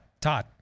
Todd